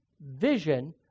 vision